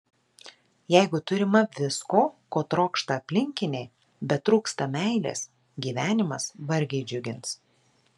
jeigu turima visko ko trokšta aplinkiniai bet trūksta meilės gyvenimas vargiai džiugins